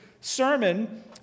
sermon